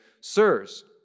Sirs